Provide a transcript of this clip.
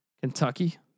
Kentucky